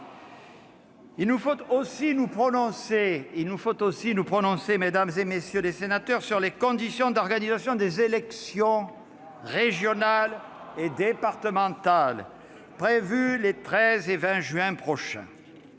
Il nous faut aussi nous prononcer, mesdames, messieurs les sénateurs, sur les conditions d'organisation des élections régionales et départementales, prévues les 13 juin et 20 juin prochain.